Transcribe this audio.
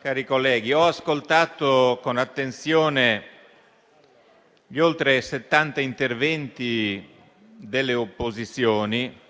cari colleghi, ho ascoltato con attenzione gli oltre settanta interventi delle opposizioni